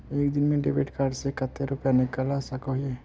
एक दिन में डेबिट कार्ड से कते रुपया निकल सके हिये?